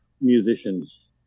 musicians